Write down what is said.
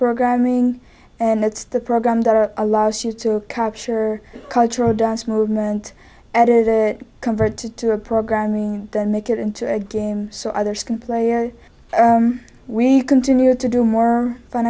programming and it's the program that allows you to capture cultural dance movement and it converted to a programming and make it into a game so others can play or we continue to do more fun